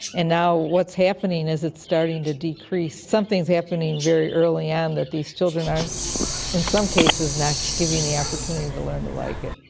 and now what's happening is it's starting to decrease, something is happening very early on and that these children are in some cases not given the opportunity to learn to like it.